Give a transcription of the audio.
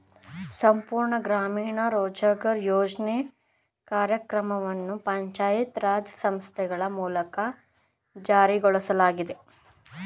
ಸಂಪೂರ್ಣ ಗ್ರಾಮೀಣ ರೋಜ್ಗಾರ್ ಯೋಜ್ನ ಕಾರ್ಯಕ್ರಮವನ್ನು ಪಂಚಾಯತ್ ರಾಜ್ ಸಂಸ್ಥೆಗಳ ಮೂಲಕ ಜಾರಿಗೊಳಿಸಲಾಗಿತ್ತು